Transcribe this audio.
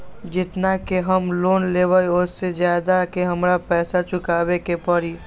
जेतना के हम लोन लेबई ओ से ज्यादा के हमरा पैसा चुकाबे के परी?